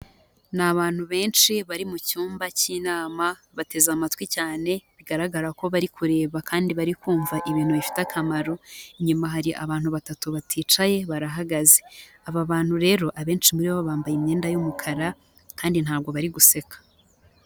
Ni abantu benshi bari mu cyumba cy'inama, bateze amatwi cyane bigaragara ko bari kureba kandi bari kumva ibintu bifite akamaro, inyuma hari abantu batatu baticaye barahagaze, aba bantu rero abenshi muri bo bambaye imyenda y'umukara kandi ntabwo bari guseka.